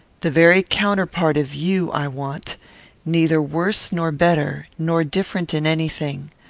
the very counterpart of you i want neither worse nor better, nor different in any thing.